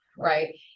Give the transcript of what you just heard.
Right